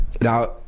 Now